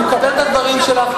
אני מקבל את הדברים שלך.